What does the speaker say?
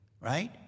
right